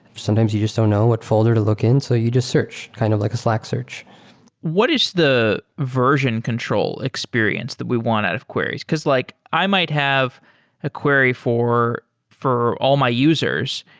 sometimes you just don't know what folder to look in. so you just search, kind of like a slack search what is the version control experience that we want out of queries? because like i might have a query for for all my users,